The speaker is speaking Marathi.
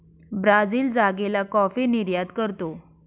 ब्राझील जागेला कॉफी निर्यात करतो